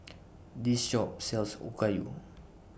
This Shop sells Okayu